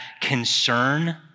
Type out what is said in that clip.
concern